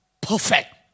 Perfect